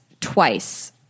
twice